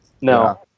No